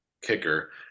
kicker